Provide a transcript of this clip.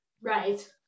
Right